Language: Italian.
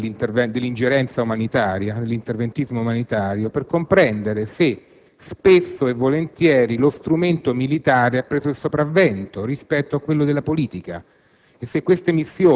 della pratica dell'ingerenza e dell'interventismo umanitario per comprendere se, spesso e volentieri, lo strumento militare non abbia preso il sopravvento rispetto a quello della politica